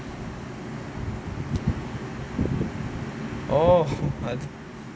orh